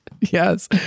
Yes